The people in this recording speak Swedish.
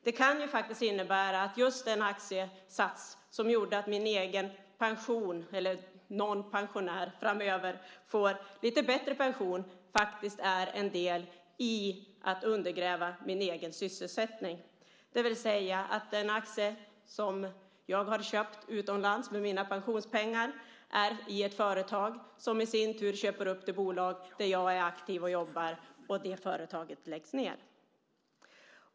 Det kan ju innebära att just den aktiesats som gjorde att jag eller någon pensionär framöver får en lite bättre pension faktiskt är en del i att undergräva min egen sysselsättning, det vill säga att den aktie som jag har köpt utomlands för mina pensionspengar gäller ett företag som i sin tur köper upp det bolag där jag är aktiv och jobbar och som läggs ned.